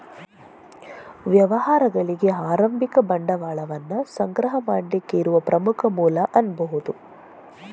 ವ್ಯವಹಾರಗಳಿಗೆ ಆರಂಭಿಕ ಬಂಡವಾಳವನ್ನ ಸಂಗ್ರಹ ಮಾಡ್ಲಿಕ್ಕೆ ಇರುವ ಪ್ರಮುಖ ಮೂಲ ಅನ್ಬಹುದು